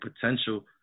potential